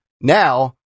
Now